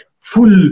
full